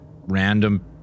random